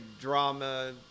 drama